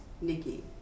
nikki